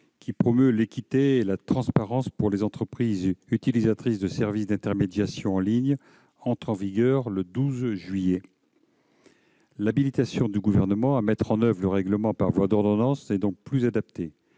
qui promeut l'équité et la transparence pour les entreprises utilisatrices de services d'intermédiation en ligne, entre en vigueur le 12 juillet 2020. L'habilitation à mettre en oeuvre ce règlement par voie d'ordonnances n'est aujourd'hui plus adaptée.